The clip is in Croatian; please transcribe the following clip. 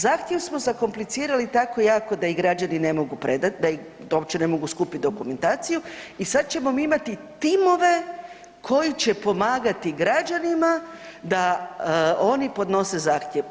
Zahtjev smo zakomplicirali tako jako da ih građani ne mogu predat, da uopće ne mogu skupit dokumentaciju i sada ćemo mi imati timove koji će pomagati građanima da oni podnose zahtjev.